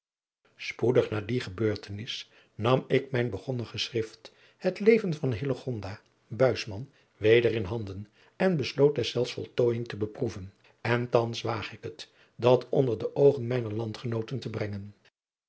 spoedig na die gebeurtenis nam ik adriaan loosjes pzn het leven van hillegonda buisman mijn begonnen geschrift het leven van hillegonda buisman weder in handen en besloot deszelfs voltooijing te beproeven en thans waag ik het dat onder de oogen mijner landgenooten te brengen